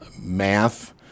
math